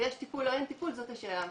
ויש טיפול או אין טיפול זאת השאלה המשמעותית.